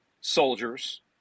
soldiers